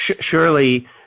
surely